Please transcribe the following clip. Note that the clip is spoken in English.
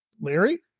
Larry